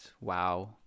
wow